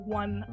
one